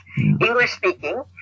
English-speaking